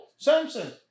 Samsung